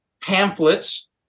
pamphlets